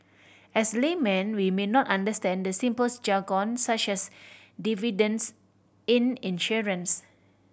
as laymen we may not understand the simplest jargon such as dividends in insurance